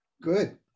Good